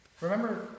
Remember